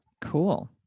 Cool